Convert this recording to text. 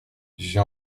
j’ai